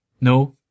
No